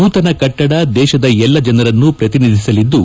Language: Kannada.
ನೂತನ ಕಟ್ಟಡ ದೇಶದ ಎಲ್ಲ ಜನರನ್ನು ಪ್ರತಿನಿಧಿಸಲಿದ್ದು